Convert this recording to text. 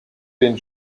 den